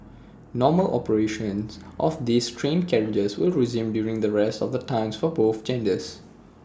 normal operations of these train carriages will resume during the rest of the times for both genders